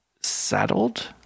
settled